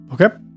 Okay